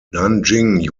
nanjing